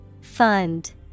Fund